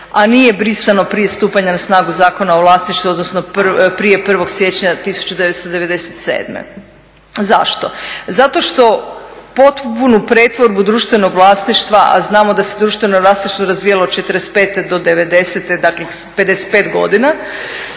a nije brisano prije stupanja na snagu Zakona o vlasništvu odnosno prije 1. siječnja 1997. Zašto? Zato što potpunu pretvorbu društvenog vlasništva a znamo da se društveno vlasništvo razvijalo od '45. do 90.-te dakle 55 godina